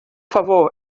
favor